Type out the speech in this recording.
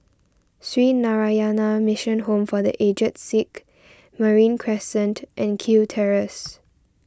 Sree Narayana Mission Home for the Aged Sick Marine Crescent and Kew Terrace